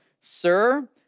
Sir